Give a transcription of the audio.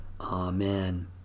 Amen